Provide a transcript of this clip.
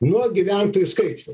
nuo gyventojų skaičiaus